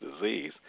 disease